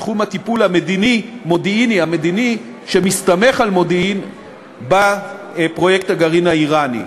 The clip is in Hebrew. תחום הטיפול המדיני-מודיעיני שמסתמך על מודיעין בפרויקט הגרעין האיראני.